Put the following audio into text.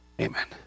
Amen